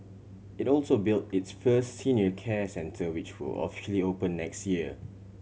it also built its first senior care centre which will officially open next year